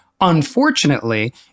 Unfortunately